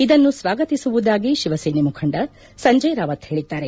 ಇದನ್ನು ಸ್ವಾಗತಿಸುವುದಾಗಿ ಶಿವಸೇನೆ ಮುಖಂಡ ಸಂಜಯ್ ರಾವತ್ ಹೇಳಿದ್ದಾರೆ